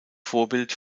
vorbild